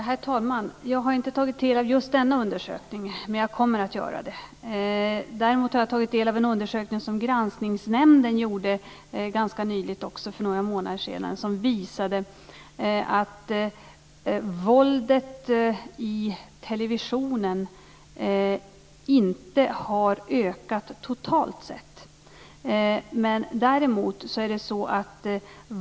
Herr talman! Jag har inte tagit del av just denna undersökning, men jag kommer att göra det. Däremot har jag tagit del av en undersökning som Granskningsnämnden gjorde. Det var också ganska nyligen, för några månader sedan. Den visade att våldet i televisionen inte har ökat totalt sett.